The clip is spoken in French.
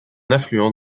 affluent